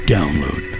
Download